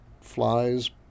flies